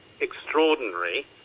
extraordinary